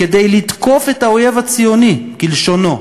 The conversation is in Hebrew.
כדי "לתקוף את האויב הציוני", כלשונו.